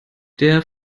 der